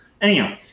anyhow